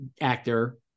actor